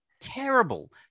terrible